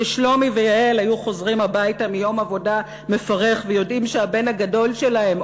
ששלומי ויעל היו חוזרים הביתה מיום עבודה מפרך ויודעים שהבן הגדול שלהם,